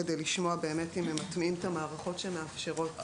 כדי לשמוע באמת אם הם מטמיעים את המערכות שמאפשרות.